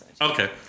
Okay